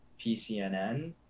PCNN